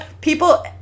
people